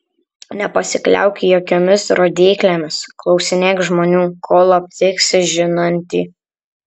nepasikliauk jokiomis rodyklėmis klausinėk žmonių kol aptiksi žinantį